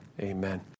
Amen